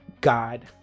God